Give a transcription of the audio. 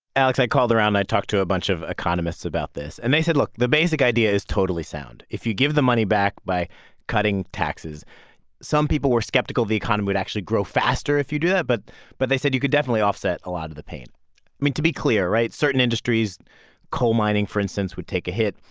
alex, i called around. i talked to a bunch of economists about this. and they said, look the basic idea is totally sound. if you give the money back by cutting taxes some people were skeptical the economy would actually grow faster if you do that, but but they said you could definitely offset a lot of the pain i mean, to be clear right? certain industries coal mining, for instance would take a hit.